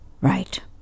Right